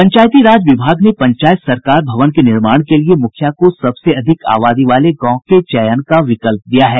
पंचायती राज विभाग ने पंचायत सरकार भवन के निर्माण के लिए मुखिया को सबसे अधिक आबादी वाले गांव के चयन का विकल्प दिया है